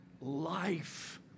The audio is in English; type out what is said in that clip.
life